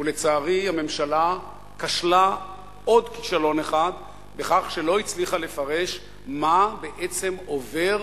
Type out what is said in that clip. לצערי הממשלה כשלה עוד כישלון אחד בכך שלא הצליחה לפרש מה בעצם עובר